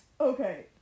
Okay